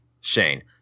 Shane